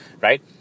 right